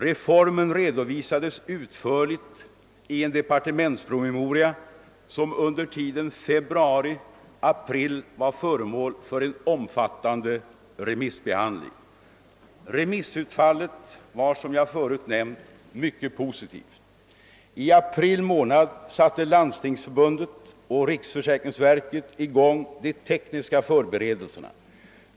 Reformen redovisades utförligt i en departementspromemoria, som under tiden februari —april var föremål för en omfattande remissbehandling. Remissutfallet var som jag förut nämnt mycket positivt. I april månad satte Landstingsförbundet och riksförsäkringsverket i gång de tekniska förberedelserna.